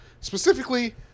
Specifically